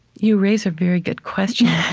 you raise a very good question,